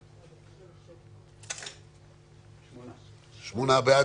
שמונה בעד.